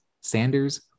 Sanders